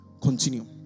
Continue